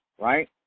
right